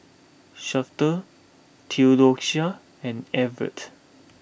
Shafter Theodocia and Evette